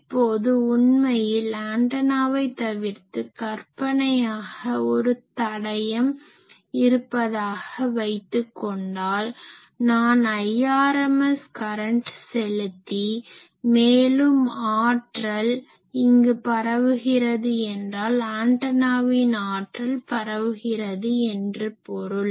இப்போது உண்மையில் ஆன்டனாவை தவிர்த்து கற்பனையாக ஒரு தடையம் resistance மின்மறுப்பு இருப்பதாக வைத்துக்கொண்டால் நான் Irms கரன்ட் செலுத்தி மேலும் ஆற்றல் இங்கு பரவுகிறது என்றால் ஆன்டனாவின் ஆற்றல் பரவுகிறது என்று பொருள்